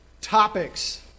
topics